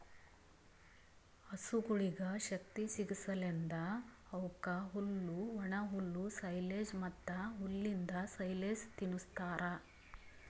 ಹಸುಗೊಳಿಗ್ ಶಕ್ತಿ ಸಿಗಸಲೆಂದ್ ಅವುಕ್ ಹುಲ್ಲು, ಒಣಹುಲ್ಲು, ಸೈಲೆಜ್ ಮತ್ತ್ ಹುಲ್ಲಿಂದ್ ಸೈಲೇಜ್ ತಿನುಸ್ತಾರ್